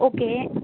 okay